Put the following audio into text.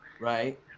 Right